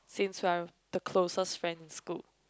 since we are the closest friend in school